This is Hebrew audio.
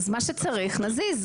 אז מה שצריך, נזיז.